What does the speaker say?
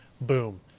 Boom